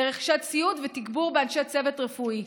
לרכישת ציוד ולתגבור באנשי צוות רפואי.